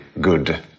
good